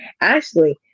Ashley